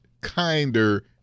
kinder